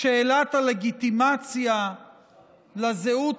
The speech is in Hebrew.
הלגיטימציה לזהות